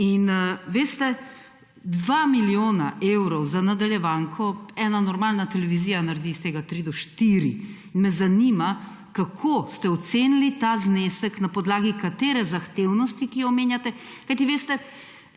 Veste, dva milijona evrov za nadaljevanko – ena normalna televizija naredi iz tega tri do štiri. Zanima me: Kako ste ocenili ta znesek, na podlagi katere zahtevnosti, ki jo omenjate? Kajti veste,